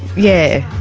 yeah,